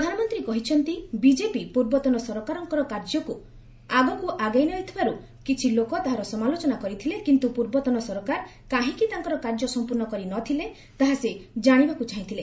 ପ୍ରଧାନମନ୍ତ୍ରୀ କହିଛନ୍ତି ବିଜେପି ପୂର୍ବତନ ସରକାରଙ୍କର କାର୍ଯ୍ୟକୁ ଆଗକୁ ଆଗେଇ ନେଇଥିବାରୁ କିଛି ଲୋକ ତାହାର ସମାଲୋଚନା କରିଥିଲେ କିନ୍ତୁ ପୂର୍ବତନ ସରକାର କାହିଁକି ତାଙ୍କର କାର୍ଯ୍ୟ ସମ୍ପୂର୍ଣ୍ଣ କରି ନ ଥିଲେ ତାହା ସେ ଜାଣିବାକୁ ଚାହିଁଥିଲେ